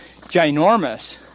ginormous